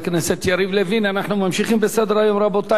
אנחנו ממשיכים בסדר-היום, רבותי.